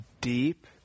deep